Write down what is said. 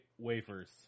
Wafers